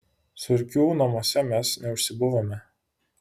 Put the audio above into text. surkių namuose mes neužsibuvome